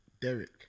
Derek